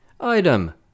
Item